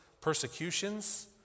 Persecutions